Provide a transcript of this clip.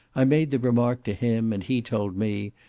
i made the remark to him, and he told me,